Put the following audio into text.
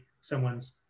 someone's